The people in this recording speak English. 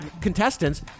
contestants